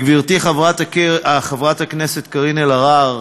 גברתי חברת הכנסת קארין אלהרר,